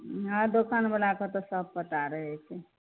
ई हर दोकान बला कऽ ओतऽ सब पता रहै छै